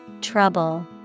Trouble